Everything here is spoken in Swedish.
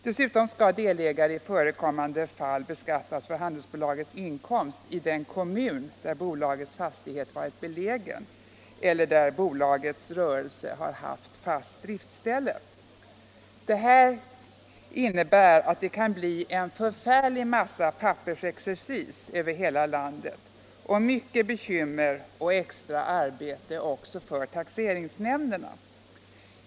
Dessutom skall delägare i förekommande fall beskattas för handelsbolagets inkomst i den kommun där bolagets fastighet varit belägen eller bolagets rörelse har haft fast driftställe. Det kan bli en förfärlig massa pappersexercis över hela landet och mycket bekymmer och extra arbete också för taxeringsnämnderna.